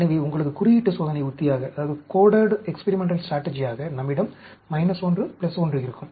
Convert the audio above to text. எனவே உங்களது குறியீட்டு சோதனை உத்தியாக நம்மிடம் 1 1 இருக்கும்